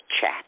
chat